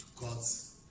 God's